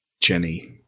Jenny